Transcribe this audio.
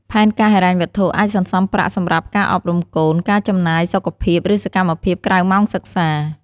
ផែនការហិរញ្ញវត្ថុ អាចសន្សំប្រាក់សម្រាប់ការអប់រំកូន ការចំណាយសុខភាព ឬសកម្មភាពក្រៅម៉ោងសិក្សា។